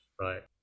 Right